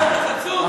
אתה יודע שאתה חצוף?